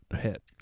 hit